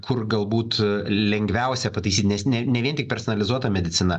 kur galbūt lengviausia pataisyti nes ne ne vien tik personalizuota medicina